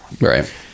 Right